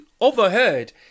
Overheard